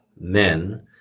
men